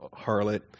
harlot